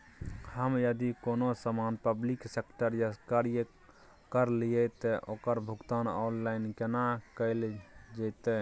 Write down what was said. हम यदि कोनो सामान पब्लिक सेक्टर सं क्रय करलिए त ओकर भुगतान ऑनलाइन केना कैल जेतै?